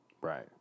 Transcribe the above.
Right